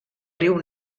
riu